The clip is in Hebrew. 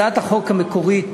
הצעת החוק המקורית